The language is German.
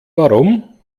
warum